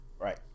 Right